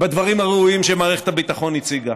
בדברים הראויים שמערכת הביטחון הציגה.